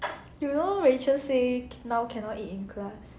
you know rachel say now cannot eat in class